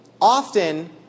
Often